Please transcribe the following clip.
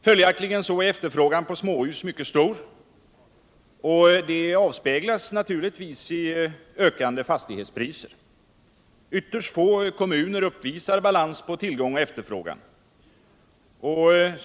Följaktligen är efterfrågan på småhus mycket stor, och det avspeglas naturligtvis i ökande fastighetspriser. Ytterst få kommuner uppvisar balans mellan tillgång och efterfrågan.